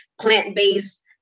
plant-based